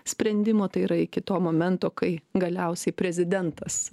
sprendimo tai yra iki to momento kai galiausiai prezidentas